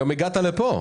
היום הגעת לכאן.